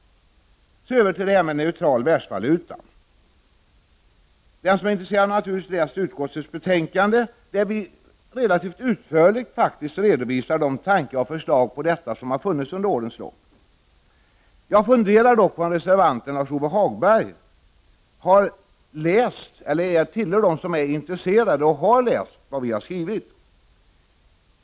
Så över till frågan om en neutral världsvaluta. Den som är intresserad har naturligtvis läst utskottets betänkande, där vi relativt utförligt redovisar de tankar och förslag på detta som har funnits under årens lopp. Jag funderar dock på om reservanten Lars-Ove Hagberg tillhör dem som är intresserade och har läst vad vi har skrivit.